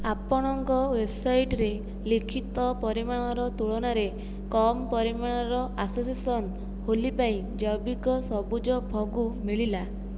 ଆପଣଙ୍କ ୱେବ୍ସାଇଟ୍ରେ ଲିଖିତ ପରିମାଣର ତୁଳନାରେ କମ୍ ପରିମାଣର ହୋଲି ପାଇଁ ଜୈବିକ ସବୁଜ ଫଗୁ ମିଳିଲା